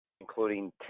including